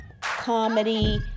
comedy